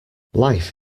life